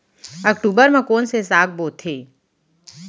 अक्टूबर मा कोन से साग बोथे?